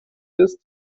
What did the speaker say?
ist